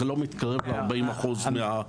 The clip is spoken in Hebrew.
זה לא מתקרב ל-40% מהעלות.